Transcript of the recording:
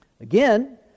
Again